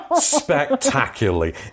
spectacularly